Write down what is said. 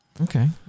Okay